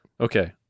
Okay